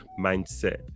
mindset